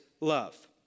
love